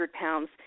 pounds